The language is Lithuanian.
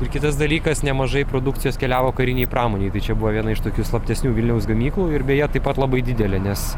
ir kitas dalykas nemažai produkcijos keliavo karinei pramonei tai čia buvo viena iš tokių slaptesnių vilniaus gamyklų ir beje taip pat labai didelė nes